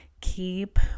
keep